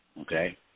Okay